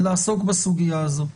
לעסוק בסוגיה הזו,